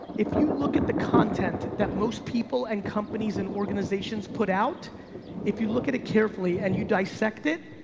if you look at the content that most people and companies and organizations put out if you look at it carefully and you dissect it,